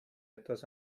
etwas